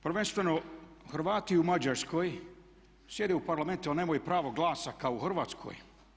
Prvenstveno Hrvati u Mađarskoj sjede u parlamentima, nemaju pravo glasa kao u Hrvatskoj.